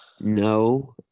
No